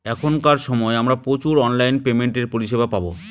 এখনকার সময় আমরা প্রচুর অনলাইন পেমেন্টের পরিষেবা পাবো